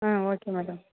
ம் okay madam